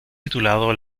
titulado